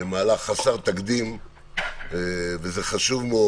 מהלך חסר תקדים וזה חשוב מאוד.